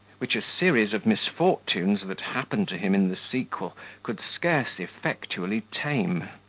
which series of misfortunes that happened to him in the sequel could scarce effectually tame.